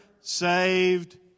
saved